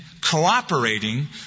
cooperating